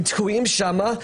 הם תקועים שם,